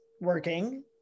working